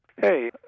Hey